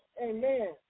Amen